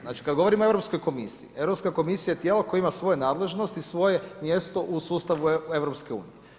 Znači kad govorimo o Europskoj komisiji, Europska komisija je tijelo koje ima svoje nadležnosti i svoje mjesto u sustavu EU.